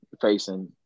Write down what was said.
facing